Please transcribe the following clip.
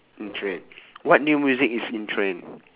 in trend what new music is in trend